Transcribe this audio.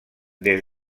des